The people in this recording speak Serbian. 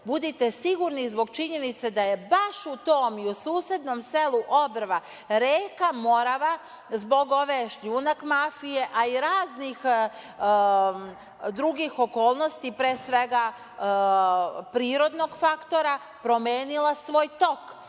budite sigurni zbog činjenice da je baš u tom i u susednom selu Obrva reka Morava, zbog ove šljunak mafije, a i raznih drugih okolnosti, pre svega prirodnog faktora, promenila svoj tok.